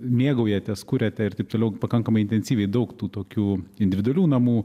mėgaujatės kuriate ir taip toliau pakankamai intensyviai daug tų tokių individualių namų